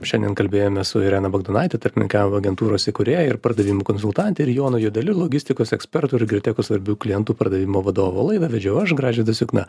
šiandien kalbėjomės su irena bagdonaite tarpininkavimo agentūros įkūrėja ir pardavimų konsultante ir jonu juodeliu logistikos ekspertu ir girtekos svarbių klientų pardavimo vadovu o laidą vedžiau aš gražvydas jukna